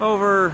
Over